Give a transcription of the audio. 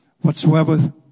Whatsoever